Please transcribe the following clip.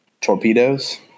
Torpedoes